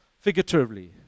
figuratively